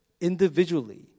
Individually